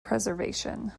preservation